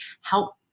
help